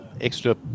extra